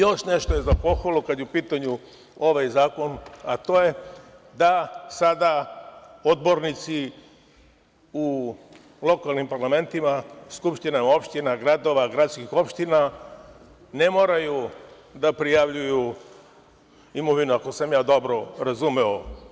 Još nešto je za pohvalu, kada je u pitanju ovaj zakon, a to je da sada odbornici u lokalnim parlamentima, skupštine opština gradova, gradskih opština, ne moraju da prijavljuju imovinu, ako sam ja dobro razumeo.